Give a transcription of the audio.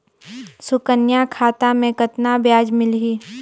सुकन्या खाता मे कतना ब्याज मिलही?